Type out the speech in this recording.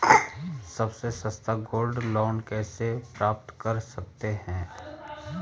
सबसे सस्ता gold loan कैसे प्राप्त कर सकते हैं?